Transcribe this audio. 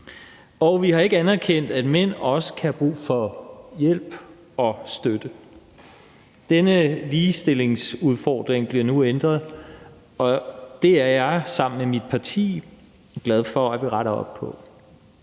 og vi har ikke anerkendt, at mænd også kan have brug for hjælp og støtte. Denne ligestillingsudfordring bliver nu ændret, og det er jeg sammen med mit parti glad for at vi retter op på.